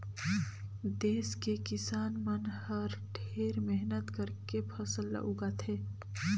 देस के किसान मन हर ढेरे मेहनत करके फसल ल उगाथे